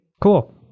Cool